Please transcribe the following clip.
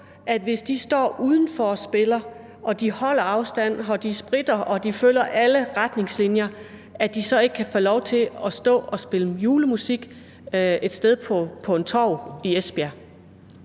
at hvis de står udenfor og spiller og de holder afstand og de spritter og de følger alle retningslinjer, så kan de alligvel ikke få lov til at stå og spille julemusik et sted på et torv i Esbjerg.